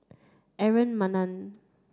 Aaron Maniam